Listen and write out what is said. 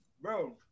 bro